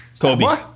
Kobe